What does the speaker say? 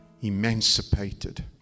emancipated